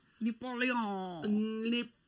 Napoleon